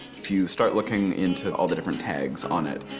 if you start looking into all the different tags on it,